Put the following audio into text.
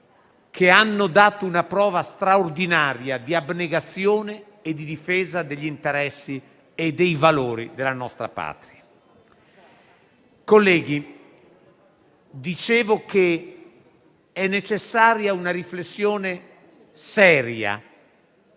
che ha dato una prova straordinaria di abnegazione e di difesa degli interessi e dei valori della nostra patria. Colleghi, dicevo che è necessaria una riflessione seria